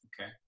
okay